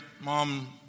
Mom